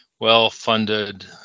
well-funded